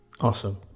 Awesome